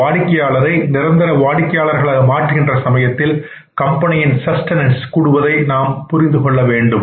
ஒரு வாடிக்கையாளரை நிரந்தர வாடிக்கையாளர்களாக மாறுகின்ற சமயத்தில் கம்பெனியின் சஸ்டெனன்ஸ் கூடுவதை நாம் புரிந்து கொள்ள வேண்டும்